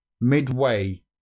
midway